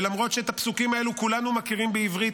ולמרות שאת הפסוקים האלו כולנו מכירים בעברית,